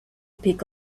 pick